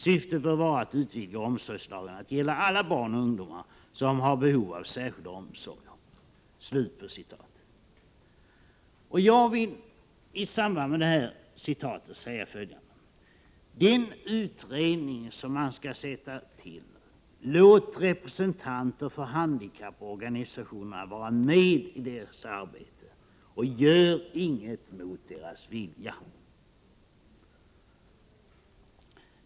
Syftet bör vara att utvidga omsorgslagen att gälla alla barn och ungdomar som har behov av särskilda omsorger.” Jag vill i det sammanhanget säga följande. Låt representanter för handikapporganisationerna vara med i arbetet i den utredning som skall tillsättas, och gör inget mot deras vilja!